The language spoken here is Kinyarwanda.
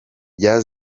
bya